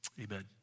Amen